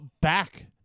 back